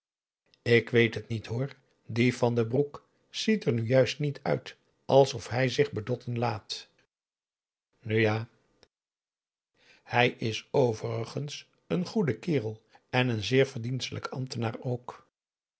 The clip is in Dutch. ik weet het niet hoor die van den broek ziet er nu juist niet uit alsof hij zich bedotten laat nu ja hij is overigens een goede kerel en een zeer verdienstelijk ambtenaar ook